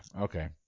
okay